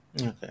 Okay